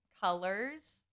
Colors